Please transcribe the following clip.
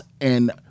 and-